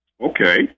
Okay